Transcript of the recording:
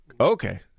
Okay